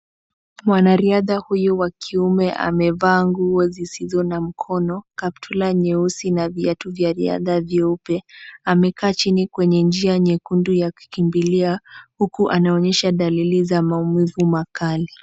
Mwanariadha huyu wa kiume amevaa nguo zisizo na mkono, kaptula nyeusi na viatu vya raidha vyeupe. Amekaa chini kwenye njia nyekundu ya kukimbilia, huku anaonyesha dalili za maumivu makali.